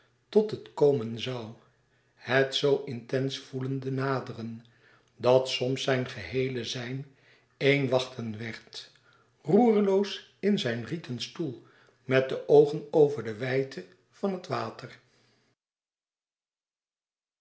tot het komen zoû het zoo intens voelende naderen dat soms zijn geheele zijn één wachten werd roerloos in zijn rieten stoel met de oogen over de wijdte van het water